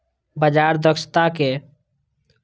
बाजार दक्षताक नापै के सरल उपाय सुधरल शार्प रेसियो होइ छै